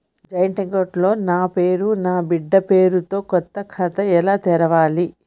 Joint account లో నా పేరు నా బిడ్డే పేరు తో కొత్త ఖాతా ఎలా తెరవాలి?